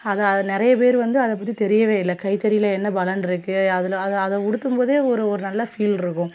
அதை நிறைய பேர் வந்து அதை பற்றி தெரியவே இல்லை கைத்தறியில் என்ன பலன் இருக்குது அதில் அதை அதை உடுத்தும்போது ஒரு ஒரு நல்ல ஃபீல் இருக்கும்